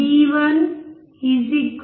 V 1 0